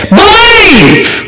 believe